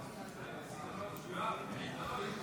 כהצעת הוועדה, נתקבל.